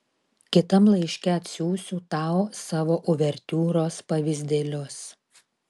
kitam laiške atsiųsiu tau savo uvertiūros pavyzdėlius